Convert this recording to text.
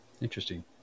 Interesting